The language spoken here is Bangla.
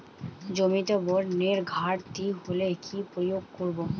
জমিতে বোরনের ঘাটতি হলে কি প্রয়োগ করব?